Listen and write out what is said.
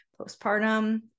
postpartum